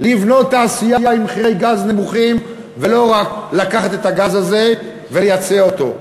לבנות תעשייה עם מחירי גז נמוכים ולא רק לקחת את הגז הזה ולייצא אותו.